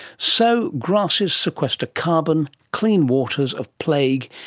so grasses sequester carbon, clean waters of plague,